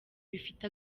bifite